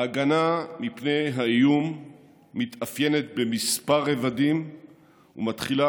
ההגנה מפני האיום מתאפיינת בכמה רבדים ומתחילה,